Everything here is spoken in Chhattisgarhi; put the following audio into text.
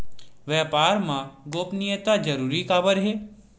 व्यापार मा गोपनीयता जरूरी काबर हे?